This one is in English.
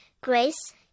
grace